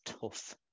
tough